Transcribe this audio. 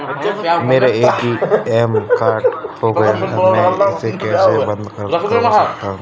मेरा ATM card खो गया है मैं इसे कैसे बंद करवा सकता हूँ?